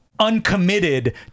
uncommitted